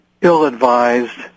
ill-advised